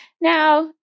Now